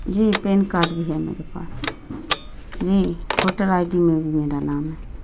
جی PAN card بھی ہے میرے پاس جی ووٹر آئی ڈی میں بھی میرا نام ہے